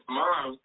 mom